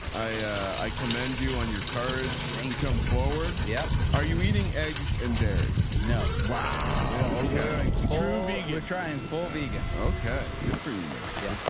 i commend you on your courage and come forward. yeah. are you eating eggs and dairy. no. wow ok going through me you're trying and for vegan. ok. good for you man. yeah.